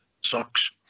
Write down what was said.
Socks